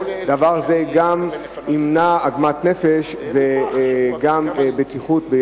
דבר זה גם ימנע עוגמת נפש, וגם תהיה בטיחות.